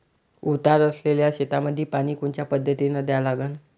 उतार असलेल्या शेतामंदी पानी कोनच्या पद्धतीने द्या लागन?